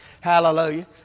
Hallelujah